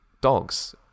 dogs